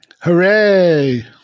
hooray